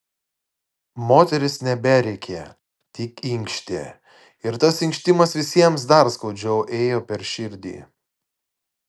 moteris neberėkė tik inkštė ir tas inkštimas visiems dar skaudžiau ėjo per širdį